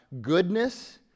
goodness